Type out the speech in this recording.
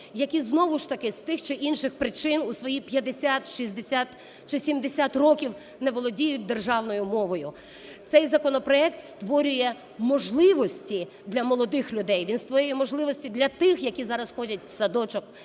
які, знову ж таки, з тих чи інших причин у свої 50, 60, чи 70 років не володіють державною мовою. Цей законопроект створює можливості для молодих людей, він створює можливості для тих, які зараз ходять в садочок,